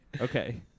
Okay